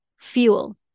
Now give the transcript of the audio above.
fuel